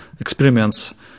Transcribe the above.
experiments